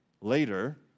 Later